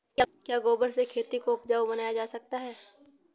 क्या गोबर से खेती को उपजाउ बनाया जा सकता है?